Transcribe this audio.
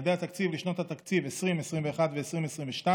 יעדי התקציב לשנות התקציב 2021 ו-2022),